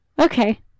Okay